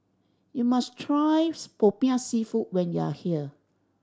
you must try Popiah Seafood when you are here